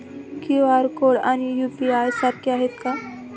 QR code आणि UPI सारखे आहेत का?